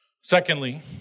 Secondly